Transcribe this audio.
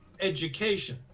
education